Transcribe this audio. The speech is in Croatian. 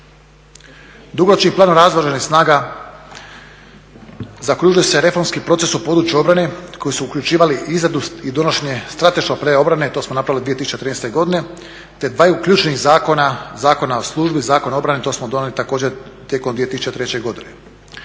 Dugoročni plan Oružanih snaga zaokružuje se reformskim procesom u području obrane koji su uključivali izradu i donošenje strateškog plana obrane. To smo napravili 2013. godine, te dvaju ključnih zakona, Zakona o službi i Zakona o obrani, to smo donijeli također tijekom 2013. godine.